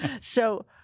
So-